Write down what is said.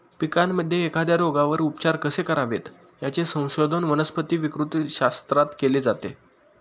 पिकांमध्ये एखाद्या रोगावर उपचार कसे करावेत, याचे संशोधन वनस्पती विकृतीशास्त्रात केले जाते